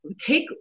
Take